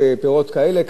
כך וכך בפירות כאלה,